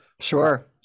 Sure